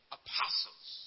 apostles